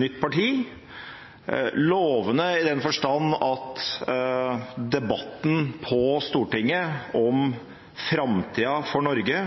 nytt parti. Det har vært lovende i den forstand at debatten på Stortinget om framtida for Norge,